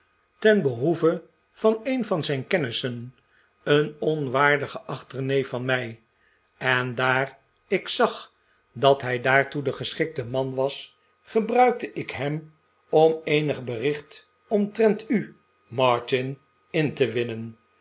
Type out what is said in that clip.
ten behoeve van een van zijn kennissen een onwaardigen achterneef van mij en daar ik zag dat hij daartoe de geschikte man was gebruikte ik hem om eenig bericht omtrent u martin in te winnen